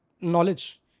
knowledge